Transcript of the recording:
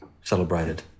celebrated